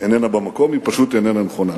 איננה במקום, היא פשוט איננה נכונה.